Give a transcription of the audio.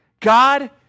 God